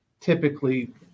typically